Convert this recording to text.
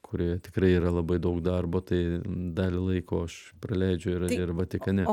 kurioje tikrai yra labai daug darbo tai dalį laiko aš praleidžiu ir ir vatikane